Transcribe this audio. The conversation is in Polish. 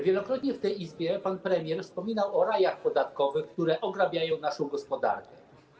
Wielokrotnie w tej Izbie pan premier wspominał o rajach podatkowych, które ograbiają naszą gospodarkę.